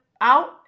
out